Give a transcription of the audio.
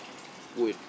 would